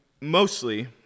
mostly